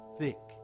thick